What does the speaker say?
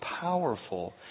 powerful